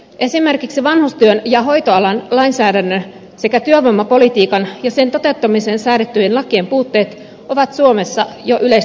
esimerkiksi vanhustyön ja hoitoalan lainsäädännön sekä työvoimapolitiikan ja sen toteuttamiseen säädettyjen lakien puutteet ovat suomessa jo yleistä tietoa